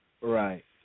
Right